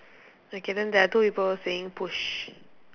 okay then there are two people saying push